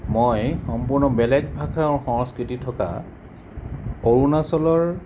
মই সম্পূৰ্ণ বেলেগ ভাষা আৰু সংস্কৃতি থকা অৰুণাচলৰ